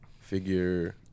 Figure